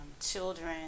children